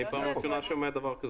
אני פעם ראשונה שומע דבר כזה.